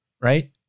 right